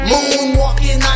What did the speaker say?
Moonwalking